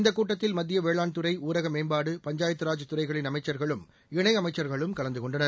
இந்தக் கூட்டத்தில் மத்திய வேளாண்துறை ஊரக மேம்பாடு பஞ்சாயத் ராஜ் துறைகளின் அமைச்சர்களும் இணையமைச்சர்களும் கலந்து கொண்டனர்